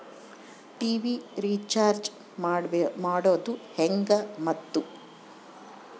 TV recharge ಮಾಡೋದು ಹೆಂಗ ಮತ್ತು?